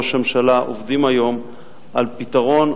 היום אנחנו עובדים יד ביד עם ראש הממשלה על פתרון מערכתי,